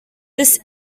this